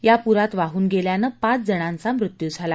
या पूरात वाहून गेल्यानं पाच जणांचा मृत्यू झाला